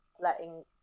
letting